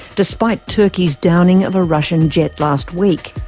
despite turkey's downing of a russian jet last week.